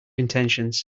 intentions